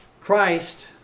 Christ